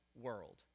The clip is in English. world